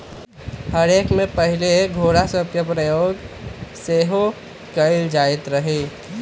हे रेक में पहिले घोरा सभके प्रयोग सेहो कएल जाइत रहै